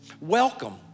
Welcome